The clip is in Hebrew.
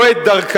לא את דרכה,